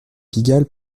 pigalle